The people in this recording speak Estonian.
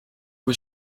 kui